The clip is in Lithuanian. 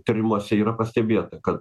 tyrimuose yra pastebėta kad